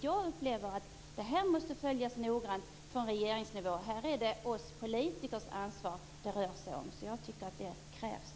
Jag upplever att detta måste följas noggrant från regeringen. Detta handlar om politikernas ansvar. Jag tycker därför att detta krävs.